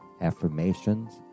affirmations